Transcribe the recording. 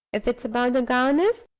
if it's about the governess,